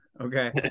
Okay